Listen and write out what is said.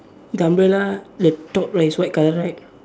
the umbrella the top is white colour right